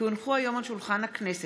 כי הונחו היום על שולחן הכנסת,